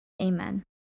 Amen